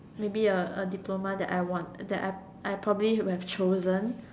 maybe a A diploma that I want that I probably would have chosen